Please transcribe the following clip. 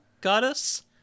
goddess